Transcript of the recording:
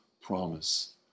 promise